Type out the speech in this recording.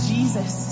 Jesus